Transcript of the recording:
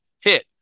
hit